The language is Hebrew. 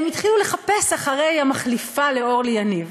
הם התחילו לחפש אחרי המחליפה לאורלי יניב.